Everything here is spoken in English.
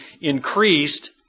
increased